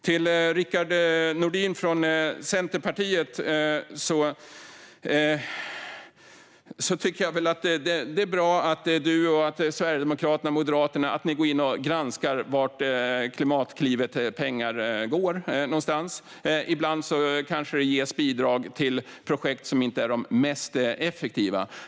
Till Rickard Nordin från Centerpartiet vill jag säga att jag tycker att det är bra att ni och Sverigedemokraterna och Moderaterna går in och granskar vart Klimatklivets pengar går. Ibland kanske det ges bidrag till projekt som inte är de mest effektiva.